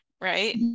right